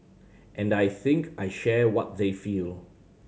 and I think I share what they feel